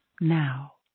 now